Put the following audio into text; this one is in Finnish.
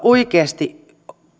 oikeasti